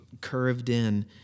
curved-in